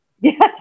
Yes